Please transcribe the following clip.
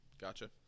Gotcha